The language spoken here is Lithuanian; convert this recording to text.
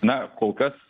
na kol kas